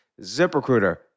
ZipRecruiter